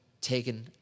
taken